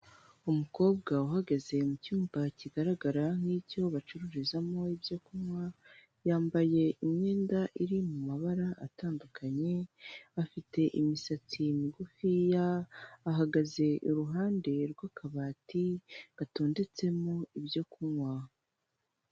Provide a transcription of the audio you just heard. Umukobwa uhagaze mu cyumba kigaragara nk'icyo bacururizamo ibyo kunywa, yambaye imyenda iri mu mabara atandukanye, afite imisatsi migufiya, ahagaze iruhande rw'akabati gatondetsemo ibyo kunywa.